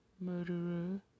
Murderer